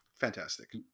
fantastic